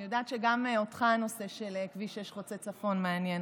אני יודעת שגם אותך הנושא של כביש 6 חוצה צפון מעניין,